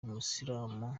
umusilamu